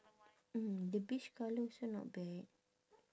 mm the beige colour also not bad